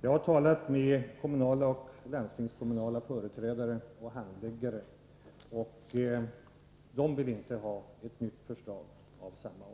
Jag har talat med kommunala och landstingskommunala företrädare och handläggare — de vill inte ha ett nytt förslag av samma